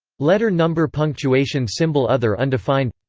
letter number punctuation symbol other undefined